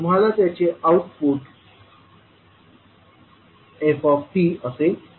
तुम्हाला त्याचे output f असे मिळेल